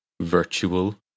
Virtual